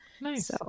nice